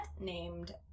named